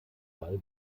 fall